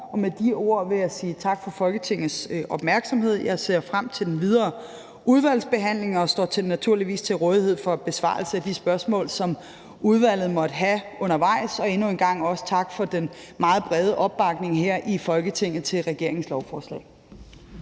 år. Med de ord vil jeg sige tak for Folketingets opmærksomhed. Jeg ser frem til den videre udvalgsbehandling og står naturligvis til rådighed for besvarelse af de spørgsmål, som udvalget måtte have undervejs. Og endnu en gang også tak for den meget brede opbakning her i Folketinget til regeringens lovforslag.